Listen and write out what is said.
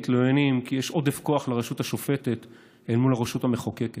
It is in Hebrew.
מתלוננים כי יש עודף כוח לרשות השופטת אל מול הרשות המחוקקת